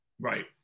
Right